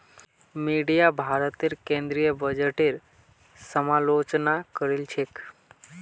media भारतेर केंद्रीय बजटेर समालोचना करील छेक